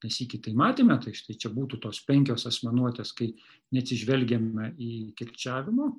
ne sykį tai matėme tai štai čia būtų tos penkios asmenuotės kai neatsižvelgiame į kirčiavimo